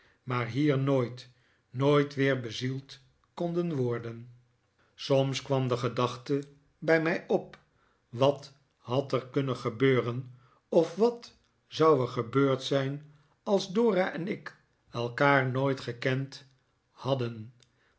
zij met soms kwam de gedachte bij mij op wat had er kunnen gebeuren of wat zou er gebeurd zijn als dora en ik elkaar nooit gekend hadden